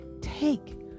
take